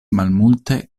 malmulte